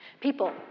People